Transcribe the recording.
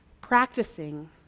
practicing